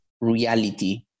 reality